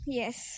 yes